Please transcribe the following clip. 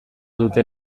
dute